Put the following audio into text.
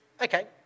Okay